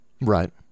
Right